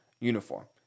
uniform